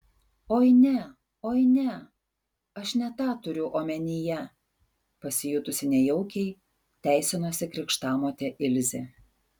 oi ne oi ne aš ne tą turiu omenyje pasijutusi nejaukiai teisinosi krikštamotė ilzė